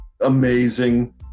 amazing